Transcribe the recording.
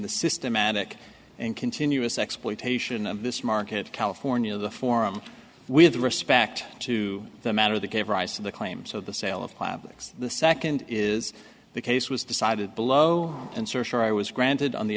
the systematic and continuous exploitation of this market california the forum with respect to the matter that gave rise to the claims of the sale of plavix the second is the case was decided below and search for i was granted on the